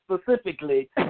specifically